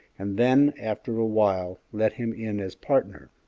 and then after a while let him in as partner.